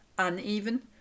uneven